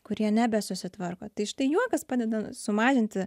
kur jie nebesusitvarko tai štai juokas padeda sumažinti